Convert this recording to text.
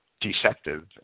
deceptive